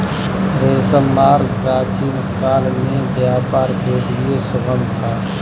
रेशम मार्ग प्राचीनकाल में व्यापार के लिए सुगम था